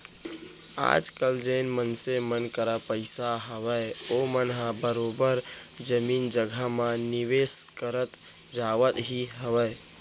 आजकल जेन मनसे मन करा पइसा हावय ओमन ह बरोबर जमीन जघा म निवेस करत जावत ही हावय